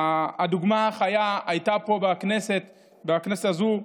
הדוגמה החיה הייתה פה בכנסת הזו: